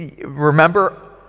remember